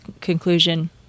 conclusion